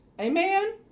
Amen